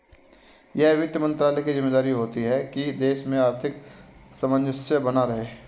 यह वित्त मंत्रालय की ज़िम्मेदारी होती है की देश में आर्थिक सामंजस्य बना रहे